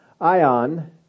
ion